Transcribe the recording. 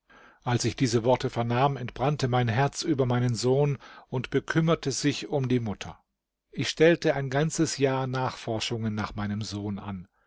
als ich diese worte vernahm entbrannte mein herz über meinen sohn und bekümmerte sich um die mutter ich stellte ein ganzes jahr nachforschungen nach meinem sohn an